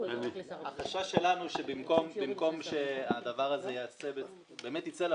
החשש שלנו שבמקום שהדבר הזה יצא לפועל,